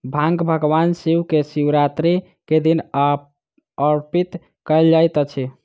भांग भगवान शिव के शिवरात्रि के दिन अर्पित कयल जाइत अछि